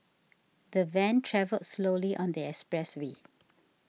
the van travelled slowly on the expressway